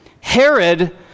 Herod